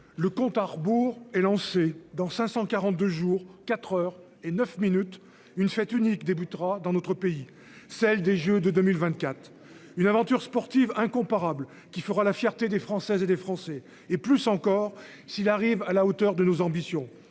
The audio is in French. Le compte à rebours est lancé dans 542 jours 4h et 9 minutes. Une fête unique débutera dans notre pays, celle des Jeux de 2024. Une aventure sportive incomparable qui fera la fierté des Françaises et des Français et plus encore s'il arrive à la hauteur de nos ambitions,